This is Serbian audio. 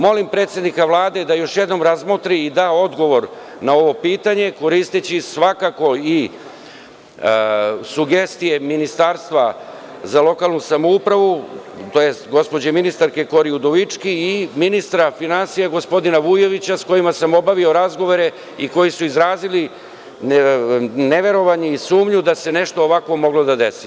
Molim predsednika Vlade da još jednom razmotri i da odgovor na ovo pitanje koristeći svakako i sugestije Ministarstva za lokalnu samoupravu tj. gospođe ministarke Kori Udovički i ministra finansija gospodina Vujovića s kojima sam obavio razgovore i koji su izrazili neverovanje i sumnju da se nešto ovakvo moglo da desi.